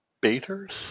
baiters